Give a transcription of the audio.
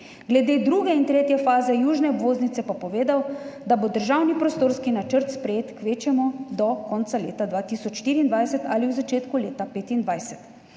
Glede druge in tretje faze južne obvoznice pa je povedal, da bo državni prostorski načrt sprejet kvečjemu do konca leta 2024 ali v začetku leta 2025.